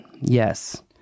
Yes